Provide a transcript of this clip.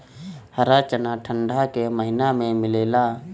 हरा चना ठंडा के महिना में मिलेला